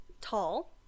tall